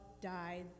died